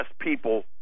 people